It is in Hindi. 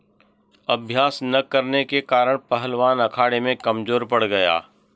अभ्यास न करने के कारण पहलवान अखाड़े में कमजोर पड़ गया